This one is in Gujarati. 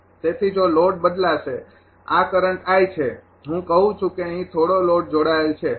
તેથી જો લોડ બદલાશે આ કરંટ છે હું કહું છું કે અહીં થોડો લોડ જોડાયેલ છે